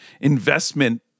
investment